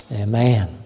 Amen